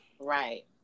right